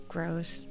Gross